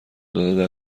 داده